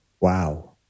Wow